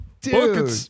Dude